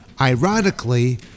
Ironically